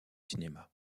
cinéma